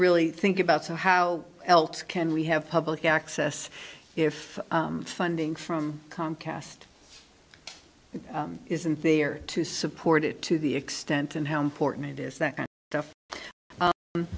really think about so how else can we have public access if funding from comcast isn't there to support it to the extent and how important it is that